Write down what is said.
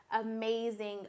amazing